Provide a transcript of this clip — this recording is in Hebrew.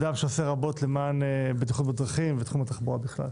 אדם שעושה רבות למען בטיחות בדרכים ותחום התחבורה בכלל.